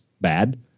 bad